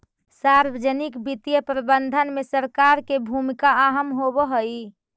सार्वजनिक वित्तीय प्रबंधन में सरकार के भूमिका अहम होवऽ हइ